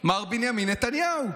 מר בנימין נתניהו.